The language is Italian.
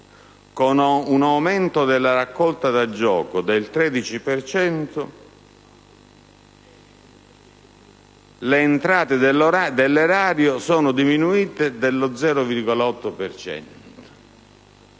con un aumento della raccolta da gioco del 13 per cento, le entrate dell'Erario sono diminuite dello 0,8